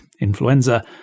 influenza